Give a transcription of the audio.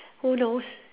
who knows